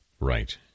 right